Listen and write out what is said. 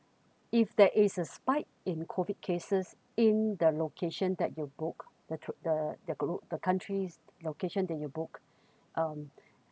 if there is a spike in COVID cases in the location that you book the took the the country's locations that you book um